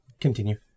continue